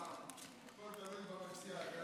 הכול תלוי במציע.